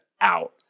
out